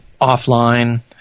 offline